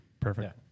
Perfect